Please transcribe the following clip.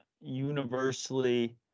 universally